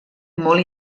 molt